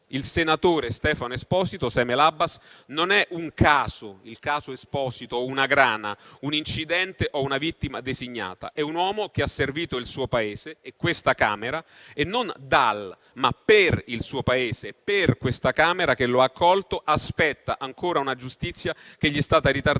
Il senatore Stefano Esposito - *semel abbas* - non è un caso. Il caso Esposito non è una grana, un incidente o una vittima designata. È un uomo che ha servito il suo Paese e questa Camera, non da, ma per il suo Paese, per questa Camera che lo ha accolto e aspetta ancora una giustizia che gli è stata ritardata